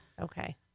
Okay